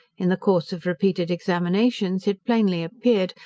in the course of repeated examinations it plainly appeared,